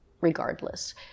regardless